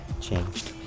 changed